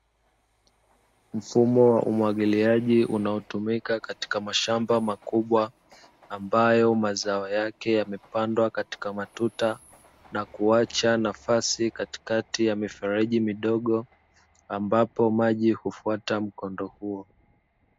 Mfumo wa umwagiliaji unaotumika katika mashamba makubwa, ambayo mazao yake yamepandwa katika matuta na kuacha nafasi katikati ya mifereji midogo, ambapo maji hufuata mkondo huo.